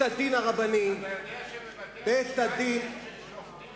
יודע שבבתי-המשפט יש שופטים